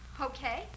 Okay